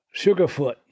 Sugarfoot